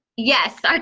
yes. our